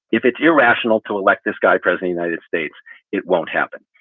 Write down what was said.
if it's irrational to elect this guy, president noted states it won't happen.